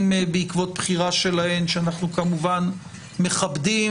אם בעקבות בחירה שלהן שאנחנו כמובן מכבדים,